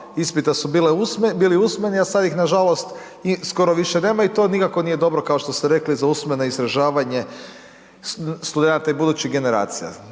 ispita su bil usmeni a sad ih nažalost skoro više nema i to nikako nije dobro kao što rekli za usmeno izražavanje studenata i budućih generacija.